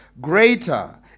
greater